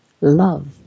love